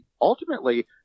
ultimately –